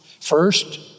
First